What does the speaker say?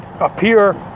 appear